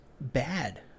bad